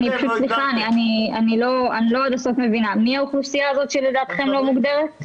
שוב, מי האוכלוסייה הזו שלדעתכם היא לא מוגדרת?